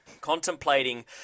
contemplating